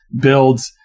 builds